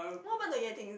what happen to Yue-Ting